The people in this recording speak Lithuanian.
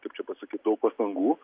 kaip čia pasakyt daug pastangų